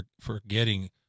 forgetting